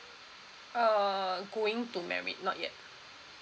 uh going to married not yet